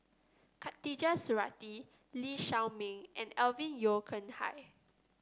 Khatijah Surattee Lee Shao Meng and Alvin Yeo Khirn Hai